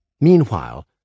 Meanwhile